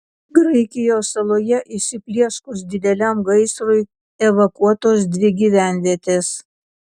graikijos saloje įsiplieskus dideliam gaisrui evakuotos dvi gyvenvietės